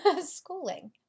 schooling